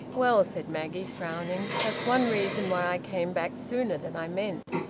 well, said maggie, frowning, that's one reason why i came back sooner than i meant.